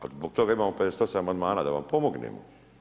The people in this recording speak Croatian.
A zbog toga imamo 58 amandmana da vam pomognem.